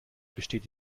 besteht